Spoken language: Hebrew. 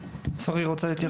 שרי את רוצה להתייחס?